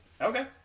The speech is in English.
Okay